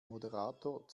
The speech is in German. moderator